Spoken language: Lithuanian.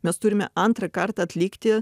mes turime antrą kartą atlikti